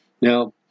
Now